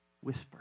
Whisper